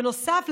בנוסף,